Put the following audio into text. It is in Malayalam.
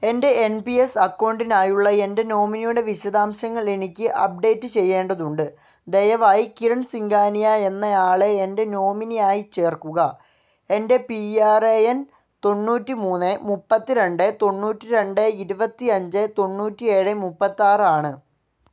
എൻ്റെ എൻ പി എസ് അക്കൗണ്ടിനായുള്ള എൻ്റെ നോമിനിയുടെ വിശദാംശങ്ങൾ എനിക്ക് അപ്ഡേറ്റ് ചെയ്യേണ്ടതുണ്ട് ദയവായി കിരൺ സിംഗാനിയ എന്നയാളെ എൻ്റെ നോമിനിയായി ചേർക്കുക എൻ്റെ പി ആർ എ എൻ തൊണ്ണൂറ്റി മൂന്ന് മുപ്പത്തി രണ്ട് തൊണ്ണൂറ്റി രണ്ട് ഇരുപത്തിയഞ്ച് തൊണ്ണൂറ്റിയേഴ് മുപ്പത്തിയാറാണ്